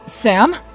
Sam